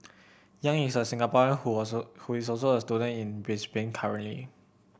Yang is a Singaporean who also who is also a student in Brisbane currently